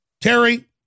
Terry